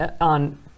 on